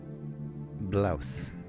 Blouse